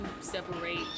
separate